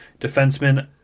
defenseman